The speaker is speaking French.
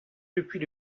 depuis